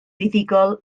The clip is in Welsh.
fuddugol